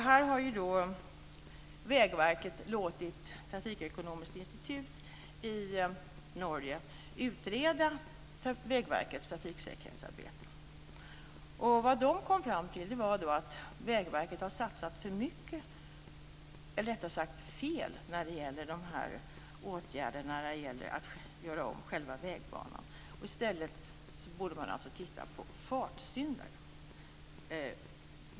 Här har Vägverket låtit Transportøkonomisk institutt i Norge utreda Vägverkets trafiksäkerhetsarbete. Vad de kom fram till var att Vägverket har satsat för mycket, eller rättare sagt fel, när det gäller åtgärder för att göra om själva vägbanan. I stället borde man titta på fartsyndare.